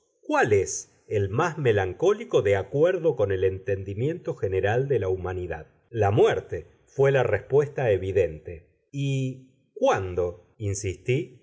cuál es el más melancólico de acuerdo con el entendimiento general de la humanidad la muerte fué la respuesta evidente y cuándo insistí es